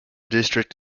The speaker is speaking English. district